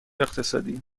اقتصادی